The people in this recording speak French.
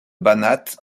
banat